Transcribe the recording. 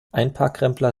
einparkrempler